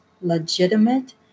legitimate